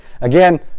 Again